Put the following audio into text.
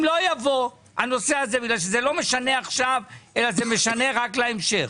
אם לא יבוא הנושא הזה בגלל שזה לא משנה עכשיו אלא משנה רק להמשך.